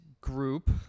group